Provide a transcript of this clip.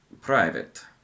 private